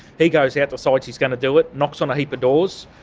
he goes out, decides he's going to do it, knocks on a heap of doors,